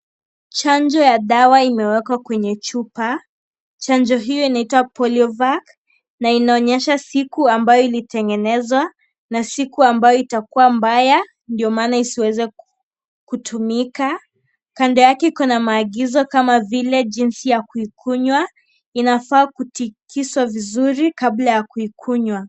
Chanjo ya dawa imewekwa kwenye chupa. Chanjo hiyo inaitwa Polio vac na inaonyesha siku ambayo ilitengenezwa na siku ambayo itakuwa mbaya ndio maana isiweze kutumika. Kando yake kuna maagizo kama vile jinsi ya kuikunywa. Inafaa kuitingizwa vizuri kabla ya kuikunywa.